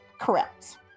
Correct